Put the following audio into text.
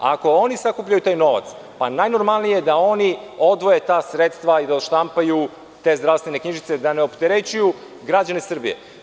Ako oni sakupljaju taj novac, pa najnormalnije da oni odvoje ta sredstva i da odšampaju te zdravstvene knjižice, da ne opterećuju gađane Srbije.